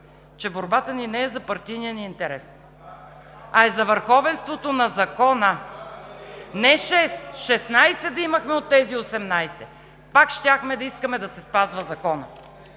че борбата ни не е за партийния ни интерес, а е за върховенството на закона. Не 6, от тези 18 да имахме 16, пак щяхме да искаме да се спазва законът.